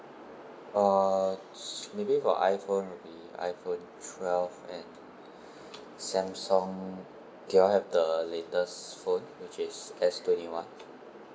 uh maybe for iphone would be iphone twelve and samsung do you all have the latest phone which is S twenty one